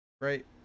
Right